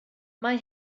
mae